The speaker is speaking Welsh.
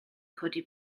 codi